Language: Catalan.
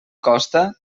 costa